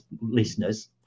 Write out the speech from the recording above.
listeners